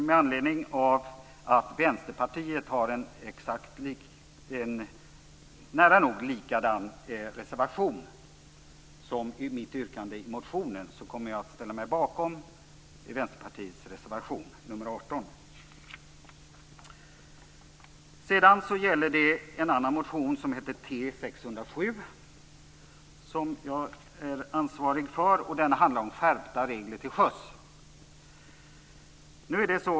Med anledning av att Vänsterpartiet har en reservation som liknar mitt yrkande i motionen kommer jag att ställa mig bakom Vänsterpartiets reservation nr 18. Sedan gäller det en annan motion som heter T607 som jag är ansvarig för. Den handlar om skärpta regler till sjöss.